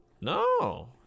No